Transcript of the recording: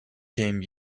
came